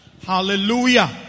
Hallelujah